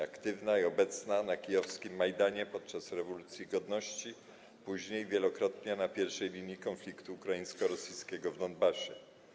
Aktywna i obecna na kijowskim Majdanie podczas rewolucji godności, później wielokrotnie na pierwszej linii konfliktu ukraińsko-rosyjskiego w Donbasie.